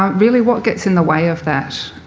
um really, what gets in the way of that